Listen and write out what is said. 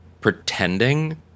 pretending